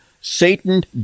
Satan